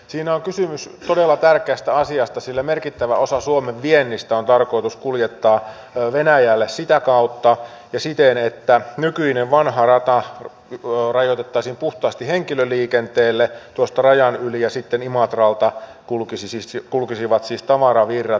siinä on kysymys todella tärkeästä asiasta sillä merkittävä osa suomen viennistä on tarkoitus kuljettaa venäjälle sitä kautta ja siten että nykyinen vanha rata rajoitettaisiin puhtaasti henkilöliikenteelle rajan yli ja sitten imatralta kulkisivat siis tavaravirrat